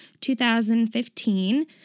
2015